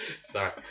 Sorry